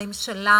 הממשלה